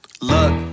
Look